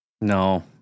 No